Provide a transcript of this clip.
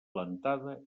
plantada